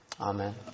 Amen